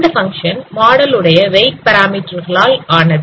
அந்த function model உடைய weight parameter கலால் ஆனது